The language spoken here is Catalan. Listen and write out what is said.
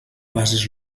bases